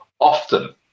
often